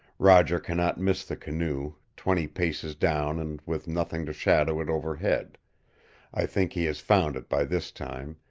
roger cannot miss the canoe twenty paces down and with nothing to shadow it overhead i think he has found it by this time,